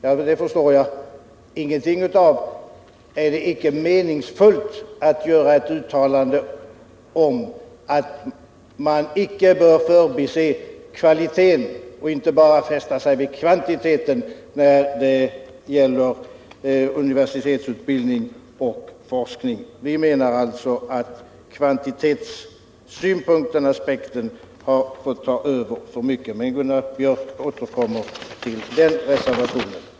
Det förstår jag inte alls. Är det inte meningsfullt att göra ett uttalande om att man icke bör förbise kvaliteten och bara fästa sig vid kvantiteten när det gäller universitetsutbildning och forskning? Vi menar att kvantitetsaspekten har fått ta över för mycket. Gunnar Biörck i Värmdö återkommer till den reservationen.